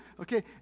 Okay